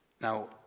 Now